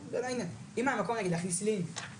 אם היה מקום נגיד להכניס לינק,